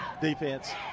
defense